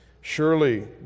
surely